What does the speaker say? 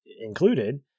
included